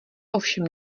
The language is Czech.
ovšem